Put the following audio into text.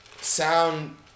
sound